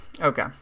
okay